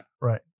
right